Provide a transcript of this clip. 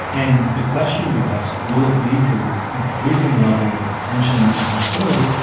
and the question you ask, will it lead to increasing levels of tension and hostility?